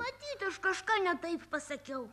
matyt aš kažką ne taip pasakiau